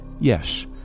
yes